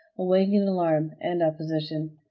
awakened alarm and opposition.